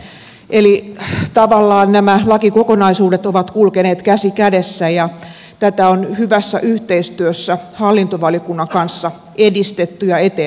eli tavallaan nämä lakikokonaisuudet ovat kulkeneet käsi kädessä ja tätä on hyvässä yhteistyössä hallintovaliokunnan kanssa edistetty ja eteenpäin viety